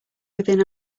within